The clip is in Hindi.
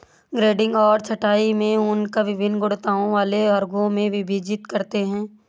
ग्रेडिंग और छँटाई में ऊन को वभिन्न गुणवत्ता वाले वर्गों में विभाजित करते हैं